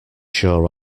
sure